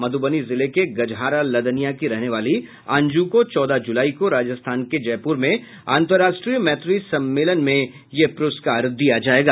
मध्रबनी जिले के गजहारा लदनिया की रहने वाली अंजु को चौदह जुलाई को राजस्थान के जयपुर में अंतर्राष्ट्रीय मैत्री सम्मेलन में यह दिया जायेगा